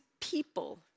people